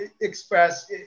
express